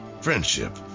friendship